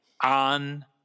On